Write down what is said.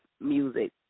music